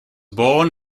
born